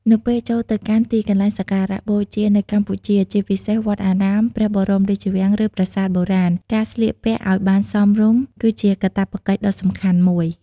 នៅពេលចូលទៅកាន់ទីកន្លែងសក្ការៈបូជានៅកម្ពុជា ជាពិសេស វត្តអារាម ព្រះបរមរាជវាំង ឬប្រាសាទបុរាណ ការស្លៀកពាក់ឲ្យបានសមរម្យ គឺជាកាតព្វកិច្ចដ៏សំខាន់មួយ។